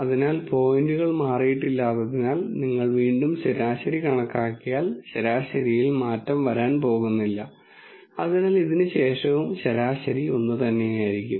അതിനാൽ പോയിന്റുകൾ മാറിയിട്ടില്ലാത്തതിനാൽ നിങ്ങൾ വീണ്ടും ശരാശരി കണക്കാക്കിയാൽ ശരാശരി മാറ്റം വരൻ പോകുന്നില്ല അതിനാൽ ഇതിന് ശേഷവും ശരാശരി ഒന്നുതന്നെയായിരിക്കും